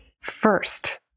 First